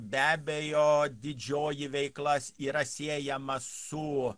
be abejo didžioji veikla yra siejama su